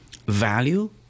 Value